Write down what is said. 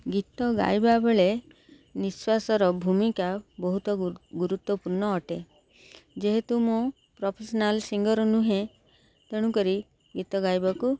ଗୀତ ଗାଇବା ବେଳେ ନିଶ୍ୱାସର ଭୂମିକା ବହୁତ ଗୁରୁତ୍ୱପୂର୍ଣ୍ଣ ଅଟେ ଯେହେତୁ ମୁଁ ପ୍ରଫେସ୍ନାଲ୍ ସିଙ୍ଗର୍ ନୁହେଁ ତେଣୁକରି ଗୀତ ଗାଇବାକୁ